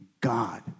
God